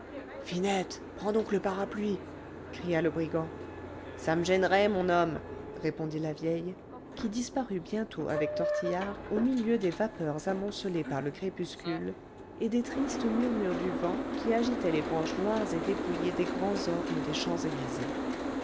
finette prends donc le parapluie cria le brigand ça me gênerait mon homme répondit la vieille qui disparut bientôt avec tortillard au milieu des vapeurs amoncelées par le crépuscule et des tristes murmures du vent qui agitait les branches noires et dépouillées des grands ormes des champs-élysées